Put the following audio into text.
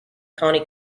county